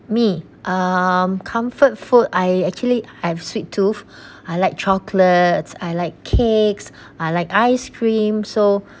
me um comfort food I actually I've sweet tooth I like chocolates I like cakes I like ice cream so